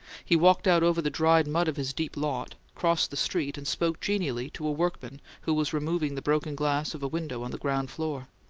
he walked out over the dried mud of his deep lot, crossed the street, and spoke genially to a workman who was removing the broken glass of a window on the ground floor.